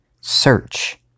search